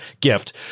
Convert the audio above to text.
gift